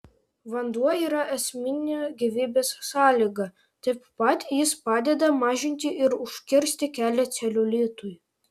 vanduo yra esminė gyvybės sąlyga taip pat jis padeda mažinti ir užkirsti kelią celiulitui